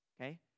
Okay